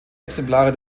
exemplare